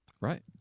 right